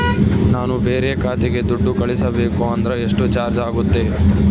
ನಾನು ಬೇರೆ ಖಾತೆಗೆ ದುಡ್ಡು ಕಳಿಸಬೇಕು ಅಂದ್ರ ಎಷ್ಟು ಚಾರ್ಜ್ ಆಗುತ್ತೆ?